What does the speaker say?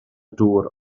dŵr